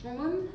我们